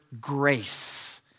grace